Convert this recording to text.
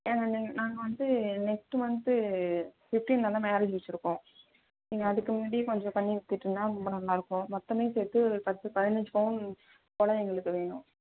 ஏங்க நீங்கள் நாங்கள் வந்து நெக்ஸ்ட்டு மந்த்து ஃபிஃப்டீனில் தான் மேரேஜ் வைச்சிருக்கோம் நீங்கள் அதுக்கு முன்னாடி கொஞ்சம் பண்ணிக் கொடுத்துட்டிங்கனா ரொம்ப நல்லா இருக்கும் மொத்தமே சேர்த்து ஒரு பத்து பதினஞ்சி பவுன் போல் எங்களுக்கு வேணும்